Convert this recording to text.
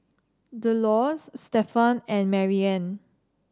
Delores Stefan and Marianne